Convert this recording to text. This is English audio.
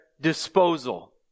disposal